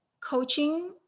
coaching